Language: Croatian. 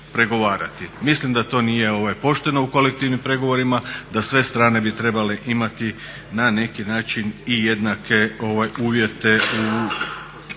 Mislim da to nije pošteno u kolektivnim pregovorima, da sve strane bi trebale imati na neki način i jednake uvjete u